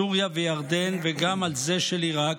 סוריה וירדן וגם על זה של עיראק,